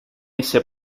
ese